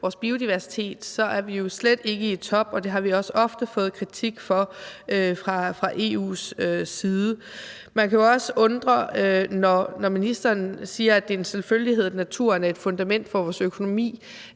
vores biodiversitet, er vi jo slet ikke i top, og det har vi også ofte fået kritik for fra EU's side. Man kan jo også, når ministeren siger, at det er en selvfølgelighed, at naturen er et fundament for vores økonomi,